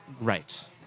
Right